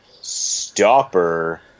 stopper